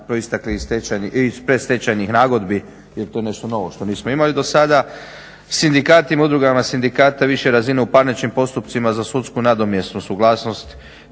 proisteklih iz predstečajnih nagodbi jer to je nešto novo što nismo imali do sada. Sindikati, udrugama sindikata više razine u parničnim postupcima za sudsku nadomjesnu suglasnost